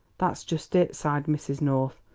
that's just it, sighed mrs. north.